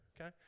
Okay